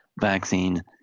vaccine